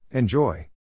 Enjoy